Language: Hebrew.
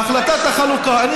בהחלטת החלוקה, אני